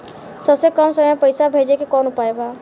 सबसे कम समय मे पैसा भेजे के कौन उपाय बा?